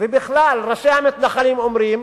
בכלל, ראשי המתנחלים אומרים